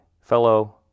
fellow